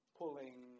pulling